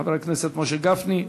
חבר הכנסת משה גפני,